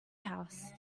house